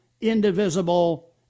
indivisible